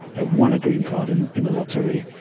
i won a green card in in the lottery.